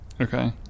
Okay